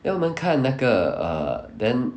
then 我们看那个 uh then